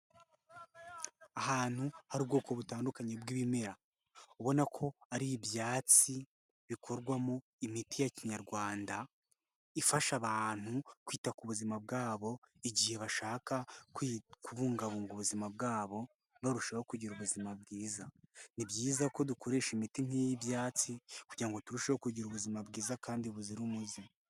Ahantu hari ubwoko butandukanye bw'ibimera. Ubona ko ari ibyatsi bikorwamo imiti ya kinyarwanda, ifasha abantu kwita ku buzima bwabo, igihe bashaka kubungabunga ubuzima bwabo, barushaho kugira ubuzima bwiza. Ni byiza ko dukoresha imiti nk'iy'ibyatsi kugirango turusheho kugira ubuzima bwiza kandi buzira umuze.